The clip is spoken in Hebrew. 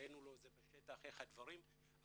הראינו לו איך הדברים בשטח,